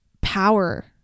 power